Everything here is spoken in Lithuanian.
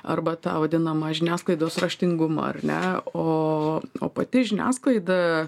arba tą vadinamą žiniasklaidos raštingumą ar ne o o pati žiniasklaida